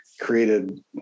created